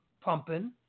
pumping